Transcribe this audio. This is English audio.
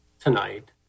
tonight